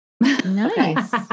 Nice